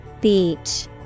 Beach